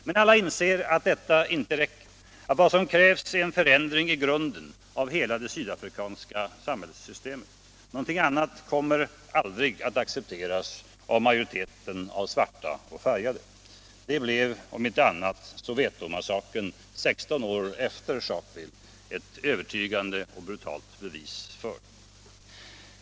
Men alla inser att detta inte räcker, att vad som krävs är en förändring i grunden av hela det sydafrikanska samhällssystemet. Någonting annat kommer aldrig att accepteras av majoriteten av svarta och färgade. Detta blev Soweto-massakern 16 år efter Sharpeville ett övertygande och brutalt bevis för.